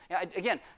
Again